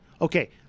Okay